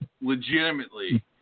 legitimately